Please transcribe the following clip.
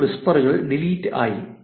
32153 വിസ്പറുകൾ ഡിലീറ്റ് ആയി